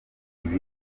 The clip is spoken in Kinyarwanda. bindi